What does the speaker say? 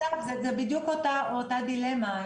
זו בדיוק אותה דילמה,